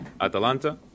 Atalanta